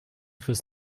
fürs